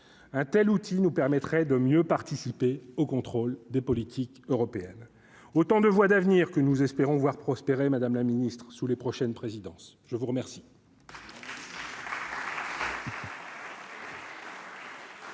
un tel outil nous permettrait de mieux participer au contrôle des politiques européennes, autant de voies d'avenir que nous espérons voir prospérer, Madame la Ministre, sous les prochaines présidences, je vous remercie.